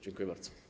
Dziękuję bardzo.